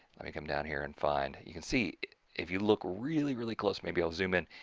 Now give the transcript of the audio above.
let me come down here and find. you can see if you look really really close maybe i'll zoom in.